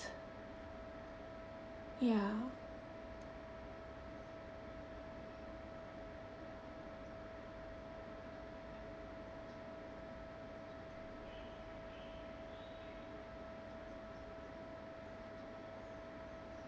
ya